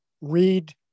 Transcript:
read